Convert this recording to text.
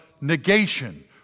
negation